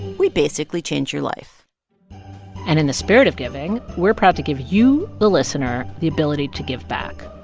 we basically change your life and in the spirit of giving, we're proud to give you, the listener, the ability to give back.